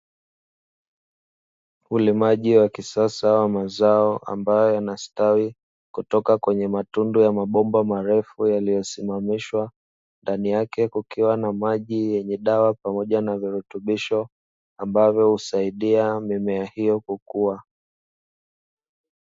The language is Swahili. Ulimaji wa kisasa wa mazao ambayo yanastawi kutoka kwenye matundu ya mabomba marefu yaliyosimamishwa, ndani yake kukiwa kuna maji yenye dawa pamoja na virutubisho, ambavyo husaidia mimea hiyo kukua.